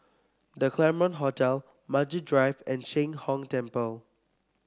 The Claremont Hotel Maju Drive and Sheng Hong Temple